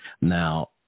Now –